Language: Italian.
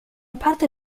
parte